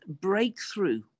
breakthrough